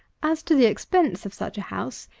as to the expense of such a house,